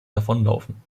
davonlaufen